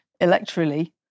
electorally